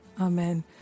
amen